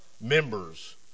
members